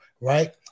right